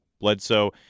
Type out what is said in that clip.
Bledsoe